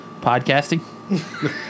Podcasting